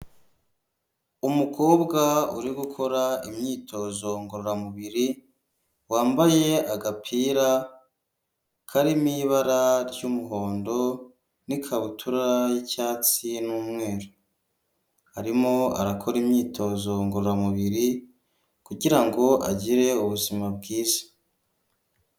Umukobwa uri gukora imyitozo ngorora mubiri, wambaye agapira karimo ibara ry'umuhondo n'ikabutura y'icyatsi n'umweru, arimo arakora imyitozo ngorora mubiri kugirango agire ubuzima bwiza.